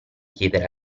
chiedere